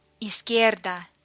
izquierda